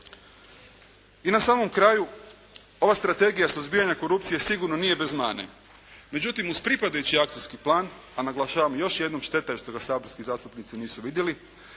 I na samom kraju, ova Strategija suzbijanja korupcije sigurno nije bez mane. Međutim uz pripadajući akcijski plan, a naglašavan još jednom šteta je što ga saborski zastupnici nisu vidjeli,